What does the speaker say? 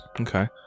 Okay